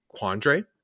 Quandre